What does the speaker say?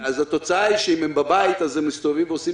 התוצאה היא שאם הם בבית אז הם מסתובבים ועושים